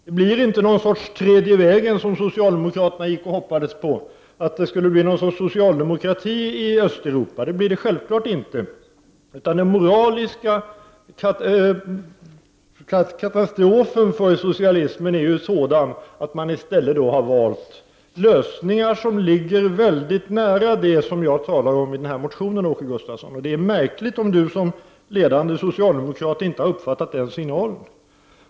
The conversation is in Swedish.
Det blir inte någon sorts tredje vägens politik, vilket socialdemokraterna hoppades på att det skulle bli. Det blir självfallet inte socialdemokratin som går fram i Östeuropa. Den moraliska katastrofen för socialismen är ju sådan att människor i stället har valt lösningar som ligger mycket nära sådant som jag talar om i motionen, Åke Gustavsson. Det är märkligt om Åke Gustavsson, som ledande socialdemokrat, inte har uppfattat den signalen.